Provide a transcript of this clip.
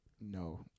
No